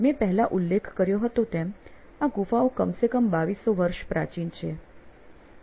મેં પહેલા ઉલ્લેખ કર્યો હતો તેમ આ ગુફાઓ કમ સે કમ 2200 વર્ષ પ્રાચીન છે